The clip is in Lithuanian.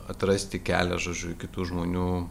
atrasti kelią žodžiu į kitų žmonių